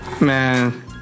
Man